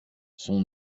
son